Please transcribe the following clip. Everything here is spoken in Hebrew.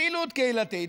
פעילות קהילתית,